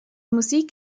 musik